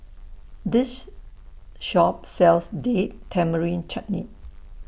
This Shop sells Date Tamarind Chutney